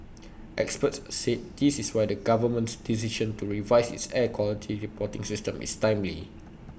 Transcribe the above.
experts said this is why the government's decision to revise its air quality reporting system is timely